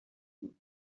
بود